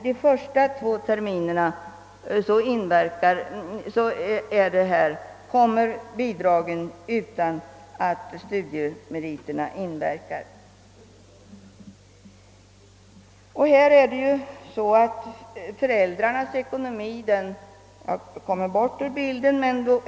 De första två terminerna utbetalas bidragen emellertid utan att studieresultaten inverkar. Föräldrarnas ekonomi har avförts ur resonemanget.